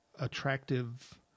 attractive